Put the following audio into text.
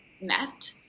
met